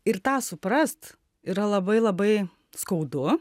ir tą suprast yra labai labai skaudu